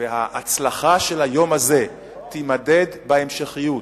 וההצלחה של היום הזה יימדדו בהמשכיות,